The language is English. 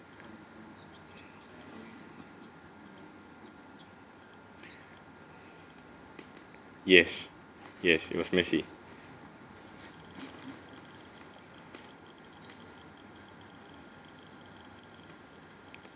yes yes it was messy